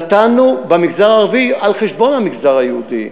נתנו במגזר הערבי על חשבון המגזר היהודי.